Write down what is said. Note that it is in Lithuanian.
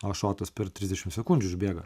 o šotas per trisdešimt sekundžių išbėga